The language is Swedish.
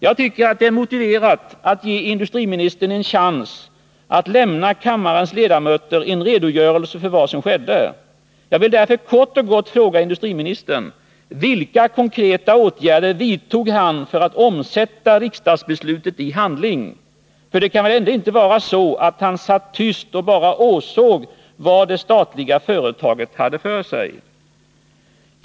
Jag tycker det är motiverat att ge industriministern en chans att lämna kammarens ledamöter en redogörelse för vad som skedde. Jag vill därför kort och gott fråga industriministern vilka konkreta åtgärder han vidtog för att omsätta riksdagsbeslutet i handling. För det kan väl ändå inte vara så att han satt tyst och bara åsåg vad det statliga företaget hade för sig?